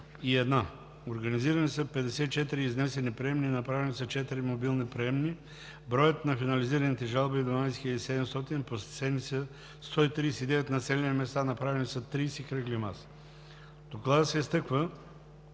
12 001. Организирани са 54 изнесени приемни, направени са 4 мобилни приемни във влакове. Броят на финализираните жалби е 12 700. Посетени са 139 населени места, направени са 30 кръгли маси. В Доклада се изтъква,